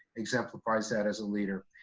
exemplifies that as a leader.